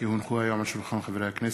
כי הונחו היום על שולחן הכנסת,